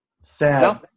Sad